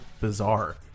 bizarre